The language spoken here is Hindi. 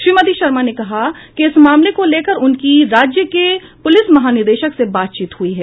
श्रीमती शर्मा ने कहा कि इस मामले को लेकर उनकी राज्य के पुलिस महानिदेशक से बातचीत हुई है